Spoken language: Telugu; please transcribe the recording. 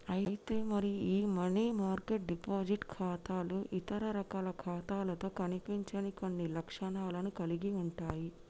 అయితే మరి ఈ మనీ మార్కెట్ డిపాజిట్ ఖాతాలు ఇతర రకాల ఖాతాలతో కనిపించని కొన్ని లక్షణాలను కలిగి ఉంటాయి